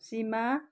सीमा